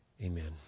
Amen